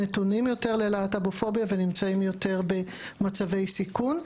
נתונים יותר ללהטבופוביה ונמצאים יותר במצבי סיכון.